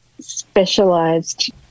specialized